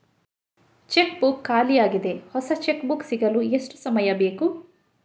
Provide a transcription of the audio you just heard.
Check book ಖಾಲಿ ಯಾಗಿದೆ, ಹೊಸ ಚೆಕ್ ಬುಕ್ ಸಿಗಲು ಎಷ್ಟು ಸಮಯ ಬೇಕು?